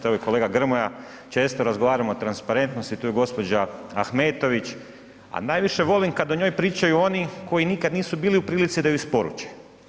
Evo i kolega Grmoja, često razgovaramo o transparentnosti, tu je gđa. Ahmetović, a najviše volim kad o njoj pričaju oni koji nikad nisu bili u prilici da ju isporuče.